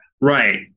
Right